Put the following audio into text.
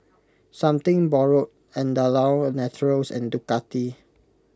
Something Borrowed Andalou Naturals and Ducati